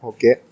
Okay